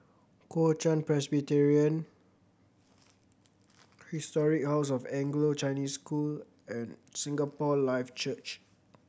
Kuo Chuan Presbyterian Historic House of Anglo Chinese School and Singapore Life Church